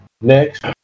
next